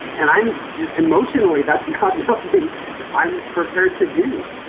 and i'm just emotionally. that's not something i'm prepared to do.